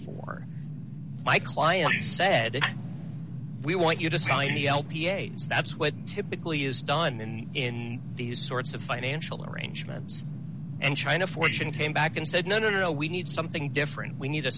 for my client said we want you to sign e l p a that's what typically is done in in these sorts of financial arrangements and china fortune came back and said no no no we need something different we need